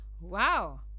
Wow